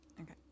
Okay